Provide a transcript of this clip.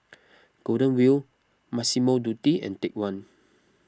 Golden Wheel Massimo Dutti and Take one